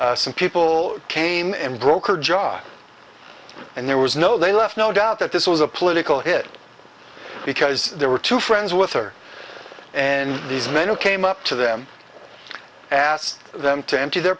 at some people came and broke her jaw and there was no they left no doubt that this was a political hit because there were two friends with her and these men who came up to them asked them to empty their